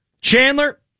Chandler